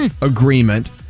agreement